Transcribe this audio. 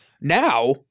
Now